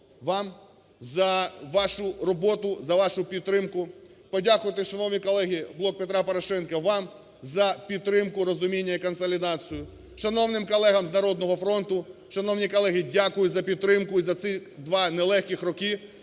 вам за вашу роботу, за вашу підтримку, подякувати, шановні колеги, "Блоку Петра Порошенка" вам за підтримку, розуміння і консолідацію, шановним колегам з "Народного фронту". Шановні колеги, дякую за підтримку і за ці два нелегкі роки,